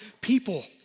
people